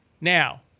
Now